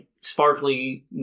sparkly